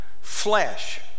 flesh